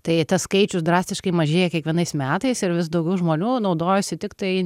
tai tas skaičius drastiškai mažėja kiekvienais metais ir vis daugiau žmonių naudojasi tiktai